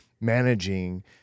managing